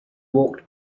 walked